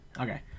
Okay